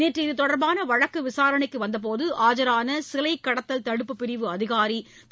நேற்று இதுதொடர்பான வழக்கு விசாரணைக்கு வந்தபோது ஆஜரான சிலை கடத்தல் தடுப்புப் பிரிவு அதிகாரி திரு